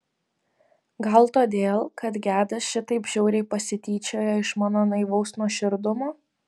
gal todėl kad gedas šitaip žiauriai pasityčiojo iš mano naivaus nuoširdumo